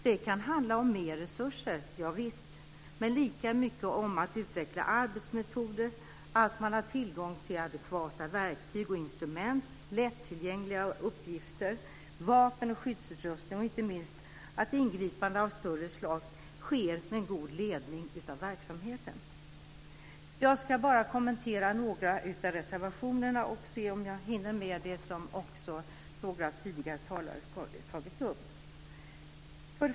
Det kan handla om mer resurser, javisst, men lika mycket om att utveckla arbetsmetoder, att ha tillgång till adekvata verktyg och instrument, lättillgängliga uppgifter, vapen och skyddsutrustning samt, inte minst, att ingripande av större slag sker med en god ledning av verksamheten. Jag ska kommentera några av reservationerna och se om jag hinner med det som några tidigare talare har tagit upp.